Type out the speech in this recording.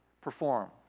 Perform